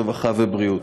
הרווחה והבריאות.